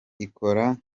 ikora